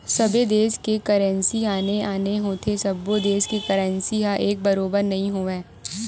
सबे देस के करेंसी आने आने होथे सब्बो देस के करेंसी ह एक बरोबर नइ होवय